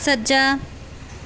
ਸੱਜਾ